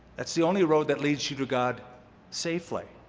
that's the only road that leads you to god safely.